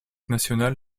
national